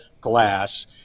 glass